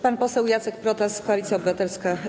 Pan poseł Jacek Protas, Koalicja Obywatelska.